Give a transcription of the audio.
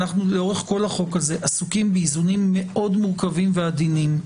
לאורך כל החוק הזה אנחנו עסוקים באיזונים מאוד מורכבים ועדינים,